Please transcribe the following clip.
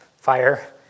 fire